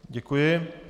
Děkuji.